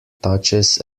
touches